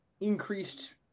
increased